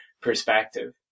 perspective